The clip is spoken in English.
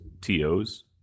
TOs